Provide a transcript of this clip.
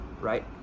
right